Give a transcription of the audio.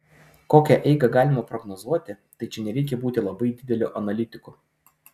kokią eigą galima prognozuoti tai čia nereikia būti labai dideliu analitiku